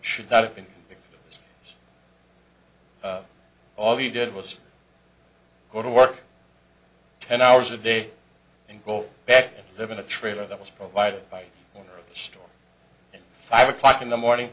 should not have been all you did was go to work ten hours a day and go back live in a trailer that was provided by the store five o'clock in the morning